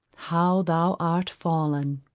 how thou art fall'n